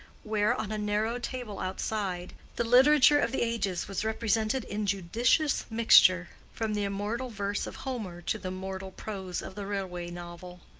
where, on a narrow table outside, the literature of the ages was represented in judicious mixture, from the immortal verse of homer to the mortal prose of the railway novel.